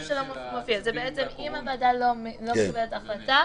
אם הוועדה לא מקבלת החלטה,